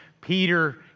Peter